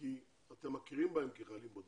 כי אתם מכירים בהם כחיילים בודדים.